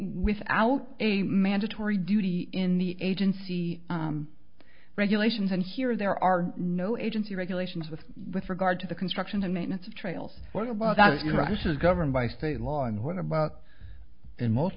without a mandatory duty in the agency regulations and here there are no agency regulations with with regard to the construction and maintenance of trails what about your rights is governed by state law and what about in most